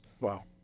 Wow